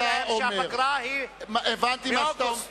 שלהם שהפגרה היא באוגוסט.